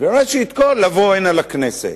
וראשית כול לבוא הנה, לכנסת.